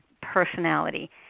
personality